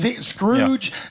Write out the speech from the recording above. Scrooge